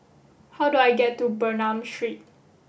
how do I get to Bernam Street